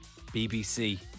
BBC